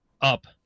up